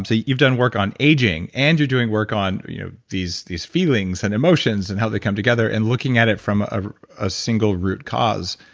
ah you've done work on aging, and you're doing work on you know these these feelings and emotions and how they come together, and looking at it from a ah single root cause,